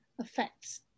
affects